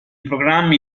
programmi